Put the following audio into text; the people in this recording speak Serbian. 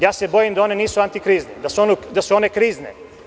Ja se bojim da one nisu antikrizne, da su one krizne.